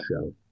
show